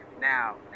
Now